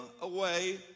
away